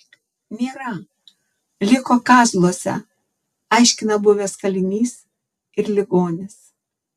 nėra liko kazluose aiškina buvęs kalinys ir ligonis